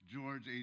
George